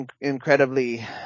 incredibly